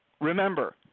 remember –